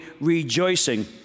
rejoicing